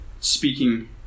speaking